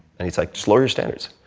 and he's like, just lower your standards.